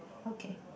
okay